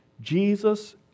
Jesus